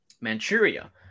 Manchuria